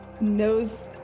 knows